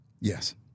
Yes